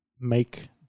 make